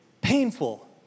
painful